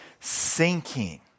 sinking